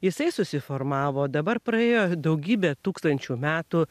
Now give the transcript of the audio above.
jisai susiformavo dabar praėjo daugybė tūkstančių metų